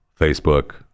Facebook